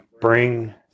bring